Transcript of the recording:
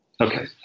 Okay